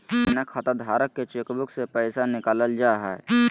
बिना खाताधारक के चेकबुक से पैसा निकालल जा हइ